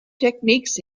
techniques